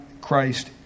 Christ